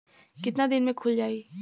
कितना दिन में खुल जाई?